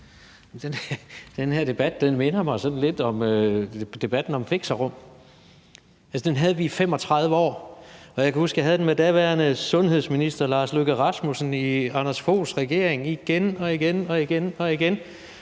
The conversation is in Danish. Den her debat minder mig sådan lidt om debatten om fixerum, som vi havde i 35 år. Og jeg kan huske, at jeg havde den med daværende sundhedsminister Lars Løkke Rasmussen i Anders Foghs regering igen og igen, og det